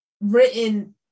written